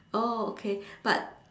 orh okay but